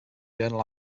journal